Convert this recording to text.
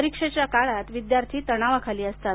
परीक्षेच्या काळात विद्यार्थी तणावाखाली असतात